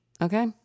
okay